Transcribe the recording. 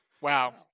Wow